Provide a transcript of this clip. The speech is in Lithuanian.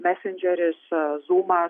mesendžeris zūmas